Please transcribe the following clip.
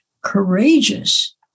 courageous